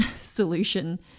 solution